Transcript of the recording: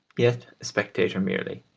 yet a spectator merely,